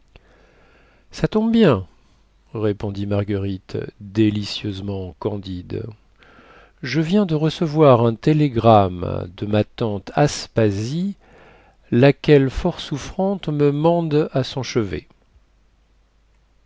ça tombe bien répondit marguerite délicieusement candide je viens de recevoir un télégramme de ma tante aspasie laquelle fort souffrante me mande à son chevet